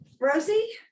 Rosie